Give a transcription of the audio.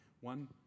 one